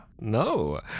No